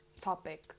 topic